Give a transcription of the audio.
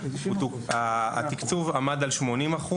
התקצוב עמד על 80%,